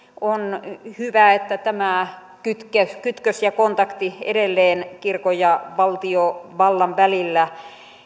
on hyvä että tämä kytkös kytkös ja kontakti edelleen kirkon ja valtiovallan välillä